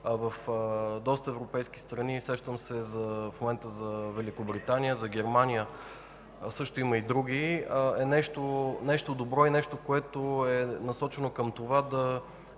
в доста европейски страни – сещам се в момента за Великобритания, за Германия, също има и други, е нещо добро и е насочено към